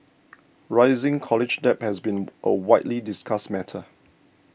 rising college debt has been a widely discussed matter